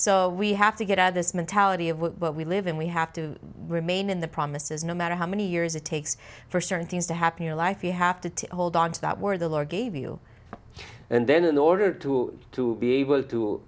so we have to get out of this mentality of what we live in we have to remain in the promises no matter how many years it takes for certain things to happen in life you have to to hold on to that word the large gave you and then in order to to be able to